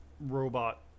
robot